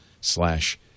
slash